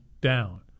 down